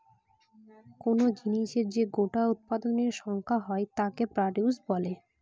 কোন জিনিসের যে গোটা উৎপাদনের সংখ্যা হয় তাকে প্রডিউস বলে